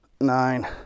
nine